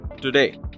today